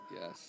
Yes